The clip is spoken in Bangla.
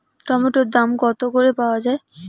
টমেটোর দাম কত করে পাওয়া যায়?